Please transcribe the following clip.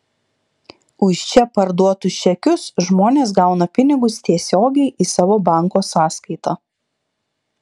už čia parduotus čekius žmonės gauna pinigus tiesiogiai į savo banko sąskaitą